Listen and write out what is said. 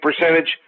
percentage